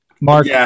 Mark